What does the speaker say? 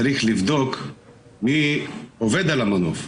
צריך לבדוק מי עובד על המנוף.